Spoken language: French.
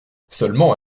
seulement